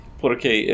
porque